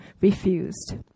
refused